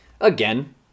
again